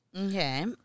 Okay